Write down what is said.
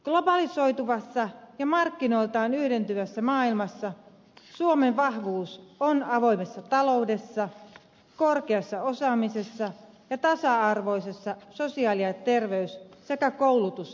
globalisoituvassa ja markkinoiltaan yhdentyvässä maailmassa suomen vahvuus on avoimessa taloudessa korkeassa osaamisessa ja tasa arvoisessa sosiaali ja terveys sekä koulutusjärjestelmässä